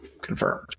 confirmed